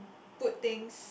put things